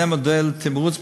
נבנה מודל תמרוץ,